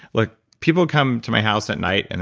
like people come to my house at night and